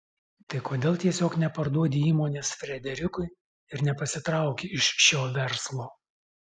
tai kodėl tiesiog neparduodi įmonės frederikui ir nepasitrauki iš šio verslo